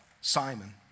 Simon